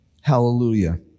hallelujah